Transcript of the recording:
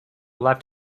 left